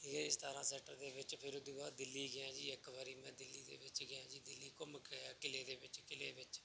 ਇਹ ਸਤਾਰ੍ਹਾਂ ਸੈਕਟਰ ਦੇ ਵਿੱਚ ਫਿਰ ਉਹਦੇ ਬਾਅਦ ਦਿੱਲੀ ਗਿਆ ਜੀ ਇੱਕ ਵਾਰੀ ਮੈਂ ਦਿੱਲੀ ਦੇ ਵਿੱਚ ਗਿਆ ਜੀ ਦਿੱਲੀ ਘੁੰਮ ਕੇ ਆਇਆ ਕਿਲ੍ਹੇ ਦੇ ਵਿੱਚ ਕਿਲ੍ਹੇ ਵਿੱਚ